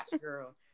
girl